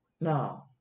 No